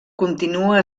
continua